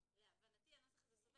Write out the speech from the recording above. להבנתי הנוסח הזה סובר